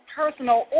personal